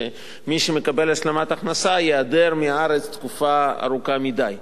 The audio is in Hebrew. שמי שמקבל השלמת הכנסה ייעדר מהארץ תקופה ארוכה מדי.